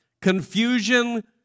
Confusion